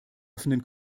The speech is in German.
offenen